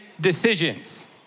decisions